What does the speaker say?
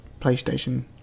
PlayStation